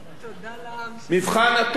מבחן התוצאה.